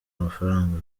amafaranga